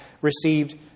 received